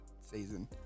season